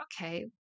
okay